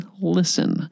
listen